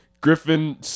Griffin